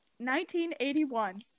1981